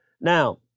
Now